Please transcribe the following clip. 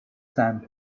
sand